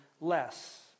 less